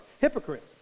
hypocrite